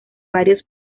varios